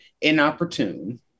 inopportune